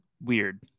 weird